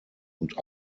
und